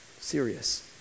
Serious